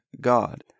God